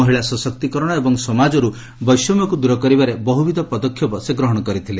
ମହିଳା ସଶକ୍ତିକରଣ ଏବଂ ସମାଜରୁ ବେଷମ୍ୟକୁ ଦୂର କରିବାରେ ବହୁବିଧ ପଦକ୍ଷେପ ଗ୍ରହଣ କରିଥିଲେ